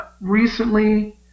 recently